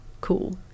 cool